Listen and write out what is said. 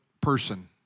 person